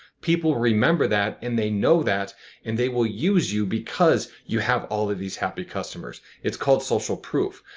people remember that and they know that and they will use you because you have all of these happy customers. it's called social proof.